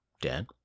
Dan